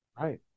Right